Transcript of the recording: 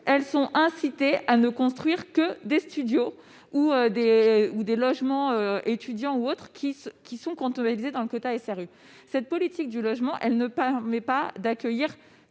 SRU sont incitées à ne construire que des studios ou des logements pour étudiants qui seront comptabilisés dans le quota SRU. Cette politique du logement ne permet pas d'accueillir